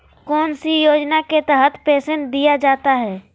कौन सी योजना के तहत पेंसन दिया जाता है?